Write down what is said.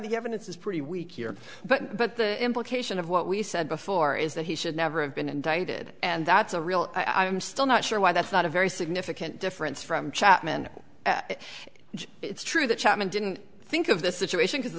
the evidence is pretty weak here but but the implication of what we said before is that he should never have been indicted and that's a real i'm still not sure why that's not a very significant difference from chapman it's true that chapman didn't think of the situation as the